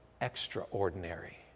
extraordinary